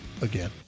again